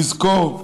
נזכור,